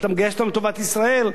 אתה מגייס אותם לטובת ישראל,